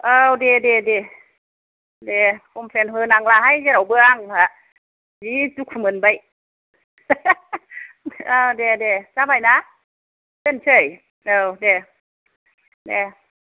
औ दे दे दे कमफ्लेन होनांलाहाय जेरावबो आंहा जि दुखु मोनबाय औ दे दे जाबायना दोनसै औ दे दे